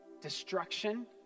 destruction